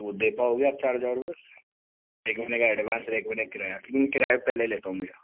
वो दे पाओगे आप चार हजार रुपय एक महीने का अडवांस और एक महीने का किराया क्योंकि किराया पहले लेते हूँ भैया